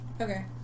Okay